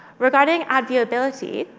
regarding ad viewability,